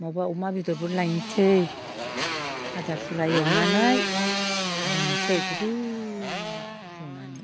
मवबा अमा बेदरबो लायनोसै भाजा फुरा एवनानै लोंनोसै ग्रिब जनानै